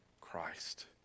Christ